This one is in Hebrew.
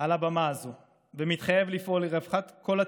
על הבמה הזאת, ומתחייב לפעול לרווחת כל הציבור,